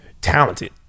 talented